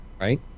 Right